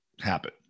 happen